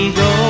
go